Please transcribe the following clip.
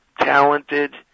talented